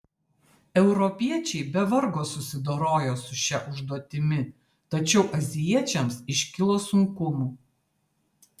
europiečiai be vargo susidorojo su šia užduotimi tačiau azijiečiams iškilo sunkumų